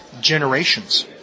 generations